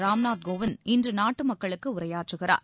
ராம் நாத் கோவிந்த் இன்று நாட்டு மக்களுக்கு உரையாற்றுகிறார்